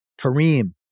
Kareem